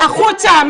החוצה.